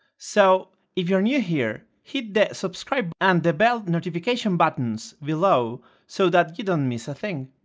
so, if you are new here hit the subscribe and the bell notification buttons below so that you don't miss a thing!